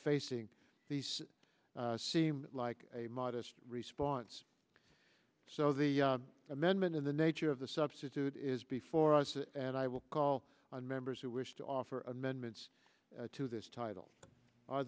facing these seem like a modest response so the amendment in the nature of the substitute is before us and i will call on members who wish to offer amendments to this title